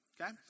Okay